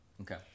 Okay